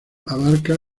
abarca